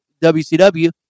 WCW